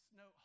no